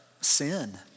sin